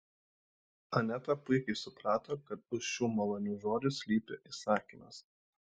aneta puikiai suprato kad už šių malonių žodžių slypi įsakymas